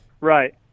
Right